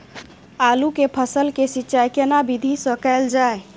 आलू के फसल के सिंचाई केना विधी स कैल जाए?